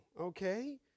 okay